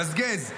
גזגז.